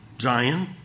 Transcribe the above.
Zion